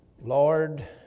Lord